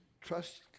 Trust